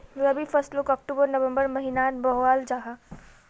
रबी फस्लोक अक्टूबर नवम्बर महिनात बोआल जाहा